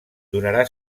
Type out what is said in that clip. donarà